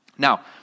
Now